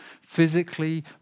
physically